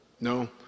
No